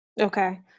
Okay